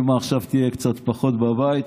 אימא עכשיו תהיה קצת פחות בבית,